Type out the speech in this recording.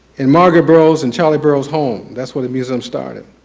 and margaret burroughs and charlie burroughs home, that's where the museum started.